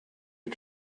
you